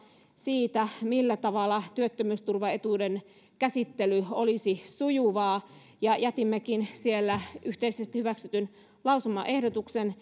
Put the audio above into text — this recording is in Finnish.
siitä millä tavalla työttömyysturvaetuuden käsittely olisi sujuvaa ja jätimmekin siellä yhteisesti hyväksytyn lausumaehdotuksen